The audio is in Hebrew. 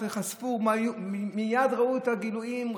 מייד ראו את הגילויים,